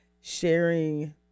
sharing